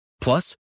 Plus